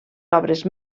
obres